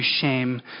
shame